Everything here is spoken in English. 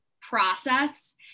process